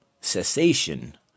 cessation